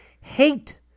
Hate